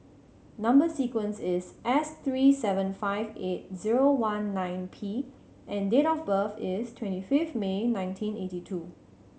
number sequence is S three seven five eight zero one nine P and date of birth is twenty fifth May nineteen eighty two